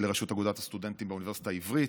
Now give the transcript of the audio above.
לראשות אגודת הסטודנטים באוניברסיטה העברית,